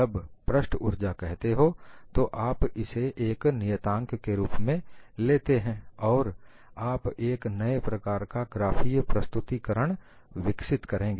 जब पृष्ठ ऊर्जा कहते हो तो आप इसे एक नियताँक के रूप में लेते हैं और आप एक नए प्रकार का ग्राफीय प्रस्तुतीकरण विकसित करेंगे